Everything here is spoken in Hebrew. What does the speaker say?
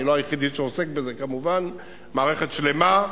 אני לא היחידי שעוסק בזה כמובן, מערכת שלמה.